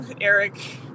Eric